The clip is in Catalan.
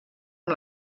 amb